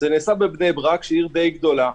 זה נעשה בבני ברק, שהיא עיר דיי גדולה,